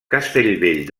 castellvell